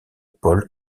paul